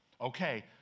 Okay